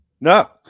No